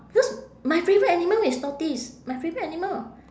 because my favourite animal is tortoise my favourite animal